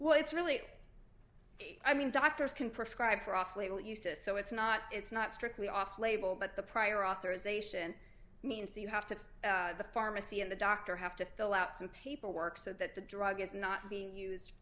what it's really i mean doctors can prescribe for off label uses so it's not it's not strictly off label but the prior authorization means you have to the pharmacy and the doctor have to fill out some paperwork so that the drug is not being used